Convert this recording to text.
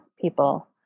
people